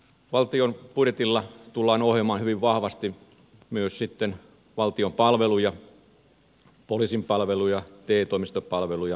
valtion budjetilla tullaan ohjaamaan hyvin vahvasti myös valtion palveluja poliisin palveluja te toimistopalveluja verottajapalveluja